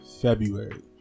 february